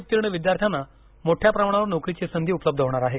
उत्तीर्ण विद्यार्थ्यांना मोठ्या प्रमाणावर नोकरीची संधी उपलब्ध होणार आहे